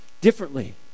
differently